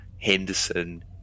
Henderson